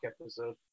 episode